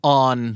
on